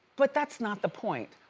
but that's not the point.